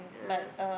ah